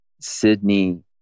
Sydney